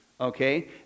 Okay